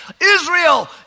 Israel